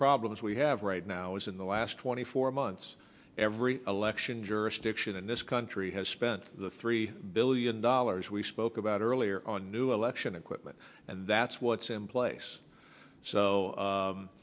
problems we have right now is in the last twenty four months every election jurisdiction in this country has spent the three billion dollars we spoke about earlier on new election equipment and that's what's emplace so